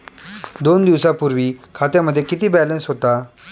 दोन दिवसांपूर्वी खात्यामध्ये किती बॅलन्स होता?